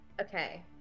Okay